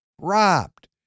robbed